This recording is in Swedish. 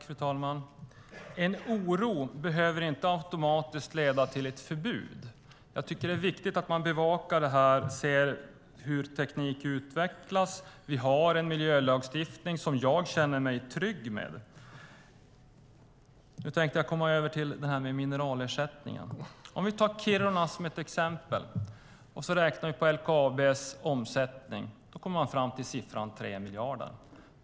Fru talman! En oro behöver inte automatiskt leda till ett förbud. Jag tycker att det är viktigt att man bevakar det här och ser hur tekniken utvecklas. Vi har en miljölagstiftning som jag känner mig trygg med. Nu tänkte jag komma över till det här med mineralersättningen. Om vi tar Kiruna som ett exempel och räknar på LKAB:s omsättning kommer man fram till siffran 3 miljarder.